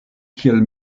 kiel